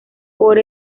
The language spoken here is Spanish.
por